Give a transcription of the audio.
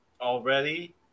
Already